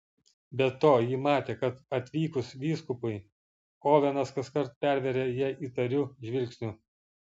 be to ji matė kad atvykus vyskupui ovenas kaskart perveria ją įtariu žvilgsniu